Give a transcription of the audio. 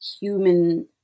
human